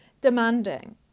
demanding